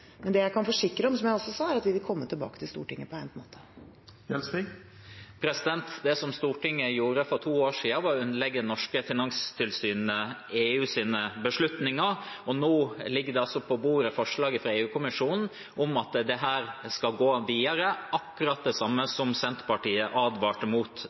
Men det jeg kan forsikre om, som jeg også sa, er at vi vil komme tilbake til Stortinget på egnet måte. Det som Stortinget gjorde for to år siden, var å underlegge det norske finanstilsynet EUs beslutninger, og nå ligger det altså på bordet forslag fra EU-kommisjonen om at dette skal gå videre – akkurat det samme som Senterpartiet advarte mot